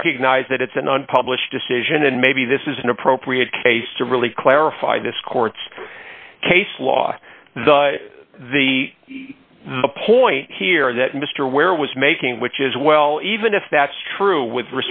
recognized that it's an unpublished decision and maybe this is an appropriate case to really clarify this court's case law the the point here that mr ware was making which is well even if that's true with